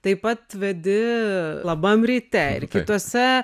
taip pat vedi labam ryte ir kitose